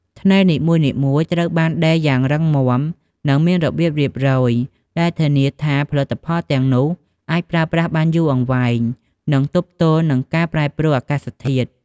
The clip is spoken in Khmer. ថ្នេរនីមួយៗត្រូវបានដេរយ៉ាងរឹងមាំ និងមានរបៀបរៀបរយ ដែលធានាថាផលិតផលទាំងនោះអាចប្រើប្រាស់បានយូរអង្វែង និងទប់ទល់នឹងការប្រែប្រួលអាកាសធាតុ។